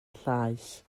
llaes